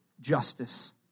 justice